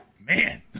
man